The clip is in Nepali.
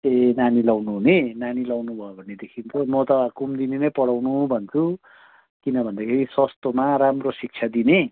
ए नानी लाउनु हुने नानी लाउनु भयो भनेदेखिको म त कुमुदिनी नै पढाउनु भन्छु किन भनेदेखि सस्तोमा राम्रो शिक्षा दिने